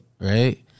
Right